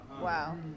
Wow